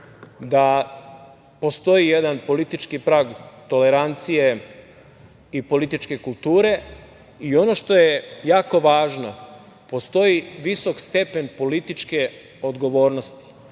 da postoji jedan politički prag tolerancije i političke kulture i ono što je jako važno - postoji visok stepen političke odgovornosti.